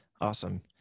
Awesome